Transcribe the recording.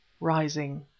rising